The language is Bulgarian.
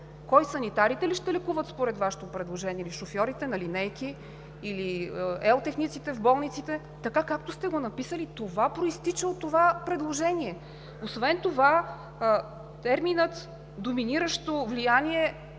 Кой – санитарите ли ще лекуват според Вашето предложение? Или шофьорите на линейки? Или елтехниците в болниците? Така, както сте го написали, това произтича от предложението. Освен това терминът „доминиращо влияние“